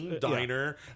diner